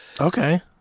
okay